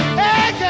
hey